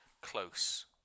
close